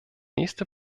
nächste